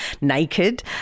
naked